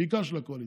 בעיקר של הקואליציה.